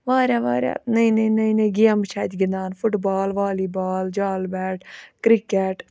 واریاہ واریاہ نٔے نٔے نٔے نٔے گیمہٕ چھِ اَتہِ گِنٛدان فُٹ بال وولی بال جال بیٹ کرکٹ